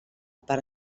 part